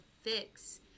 fix